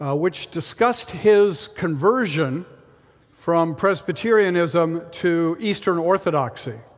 ah which discussed his conversion from presbyterianism to eastern orthodoxy.